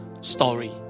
story